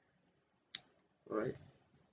alright